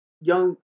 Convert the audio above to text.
young